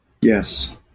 Yes